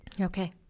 Okay